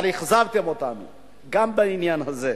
אבל אכזבתם אותנו גם בעניין הזה.